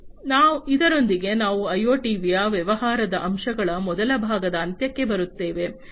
ಆದ್ದರಿಂದ ಇದರೊಂದಿಗೆ ನಾವು ಐಒಟಿಯ ವ್ಯವಹಾರದ ಅಂಶಗಳ ಮೊದಲ ಭಾಗದ ಅಂತ್ಯಕ್ಕೆ ಬರುತ್ತೇವೆ